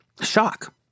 shock